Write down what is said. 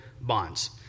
bonds